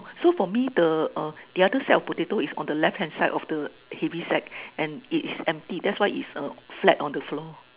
so for me the uh the other sack of potatoes is on the left hand side of the heavy sack and it is empty that's why it is uh flat on the floor